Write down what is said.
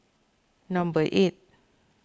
number eight